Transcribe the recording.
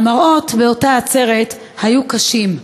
המראות באותה עצרת היו קשים: